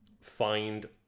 find